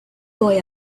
boy